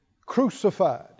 Crucified